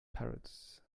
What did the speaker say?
parrots